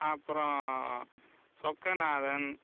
அப்புறோம் சொக்கநாதன்